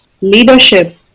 leadership